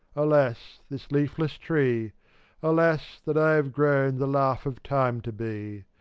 alas, this leafless tree alas, that i have grown the laugh of time to be.